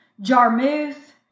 Jarmuth